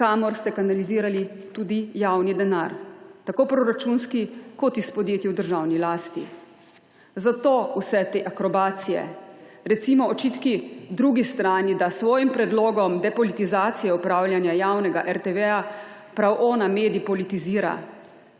kamor ste kanalizirali tudi javni denar, tako proračunski kot iz podjetij v državni lasti. Zato vse te akrobacije. Recimo, očitki drugi strani, da s svojim predlogom depolitizacije upravljanja javnega RTV prav ona medij politizira.